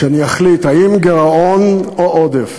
שאני אחליט: האם גירעון או עודף?